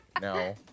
No